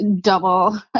double